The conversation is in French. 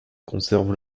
conserve